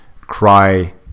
cry